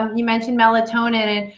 um you mentioned melatonin. and